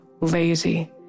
lazy